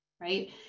right